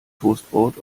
toastbrot